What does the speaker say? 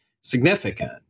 significant